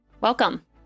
welcome